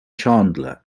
chandler